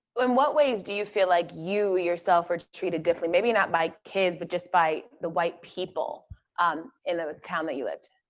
um what ways do you feel like you yourself were treated differently? maybe not by kids, but just by the white people um in the town that you lived.